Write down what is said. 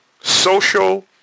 social